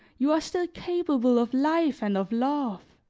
you are still capable of life and of love!